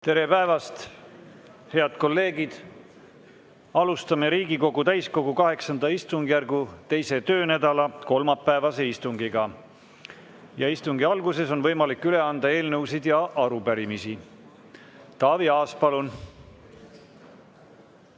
Tere päevast, head kolleegid! Alustame Riigikogu täiskogu VIII istungjärgu 2. töönädala kolmapäevast istungit. Istungi alguses on võimalik üle anda eelnõusid ja arupärimisi. Taavi Aas, palun!